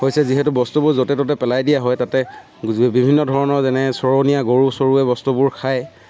হৈছে বস্তুবোৰ য'তে ত'তে পেলাই দিয়া হয় তাতে বিভিন্ন ধৰণৰ যেনে চৰণীয়া গৰু চৰুৱে বস্তুবোৰ খায়